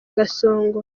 gasongo